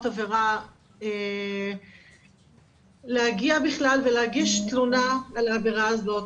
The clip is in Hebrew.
עבירה להגיע בכלל ולהגיש תלונה על העבירה הזו.